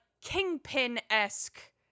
kingpin-esque